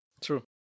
True